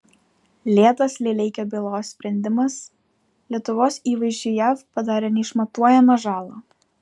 lėtas lileikio bylos sprendimas lietuvos įvaizdžiui jav padarė neišmatuojamą žalą